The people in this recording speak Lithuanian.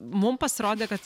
mum pasirodė kad